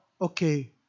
okay